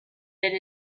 elle